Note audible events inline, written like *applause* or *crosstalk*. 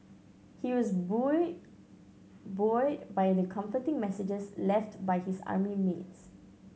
he was *unintelligible* buoyed by the comforting messages left by his army mates